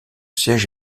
siège